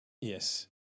Yes